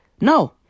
No